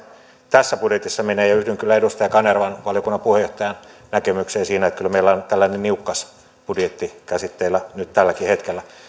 tässä budjetissa menee yhdyn kyllä edustaja kanervan valiokunnan puheenjohtajan näkemykseen siinä että kyllä meillä on tällainen niukkasbudjetti käsitteillä nyt tälläkin hetkellä